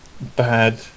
bad